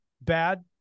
bad